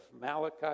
Malachi